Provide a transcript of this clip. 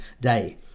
day